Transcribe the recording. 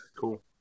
Cool